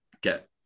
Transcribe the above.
get